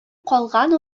калган